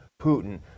Putin